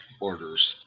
orders